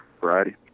variety